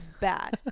bad